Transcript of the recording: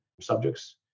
subjects